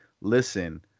Listen